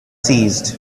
seized